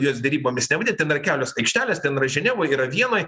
jos derybomis nevadint ten yra kelios aikštelės ten yra ženevoj yra vienoj